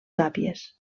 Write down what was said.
tàpies